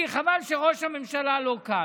חבל שראש הממשלה לא כאן.